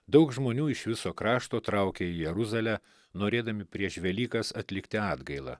daug žmonių iš viso krašto traukė į jeruzalę norėdami prieš velykas atlikti atgailą